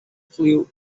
flew